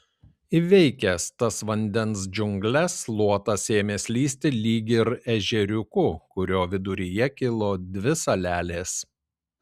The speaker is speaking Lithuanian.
įveikęs tas vandens džiungles luotas ėmė slysti lyg ir ežeriuku kurio viduryje kilo dvi salelės